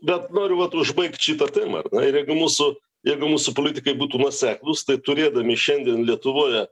bet noriu vat užbaigt šitą temą ar ne ir jeigu mūsų jeigu mūsų politikai būtų nuoseklūs tai turėdami šiandien lietuvoje